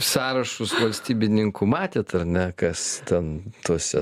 sąrašus valstybininkų matėt ar ne kas ten tuose